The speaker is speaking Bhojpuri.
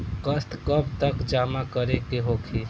किस्त कब तक जमा करें के होखी?